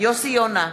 יוסי יונה,